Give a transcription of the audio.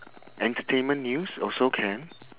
entertainment news also can